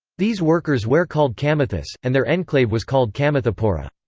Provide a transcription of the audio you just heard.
these workers where called kamathis, and their enclave was called kamathipura.